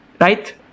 right